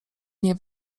nie